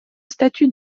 statue